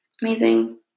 Amazing